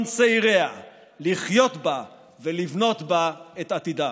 צעיריה לחיות בה ולבנות בה את עתידם.